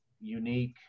unique